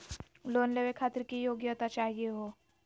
Loan लेवे खातीर की योग्यता चाहियो हे?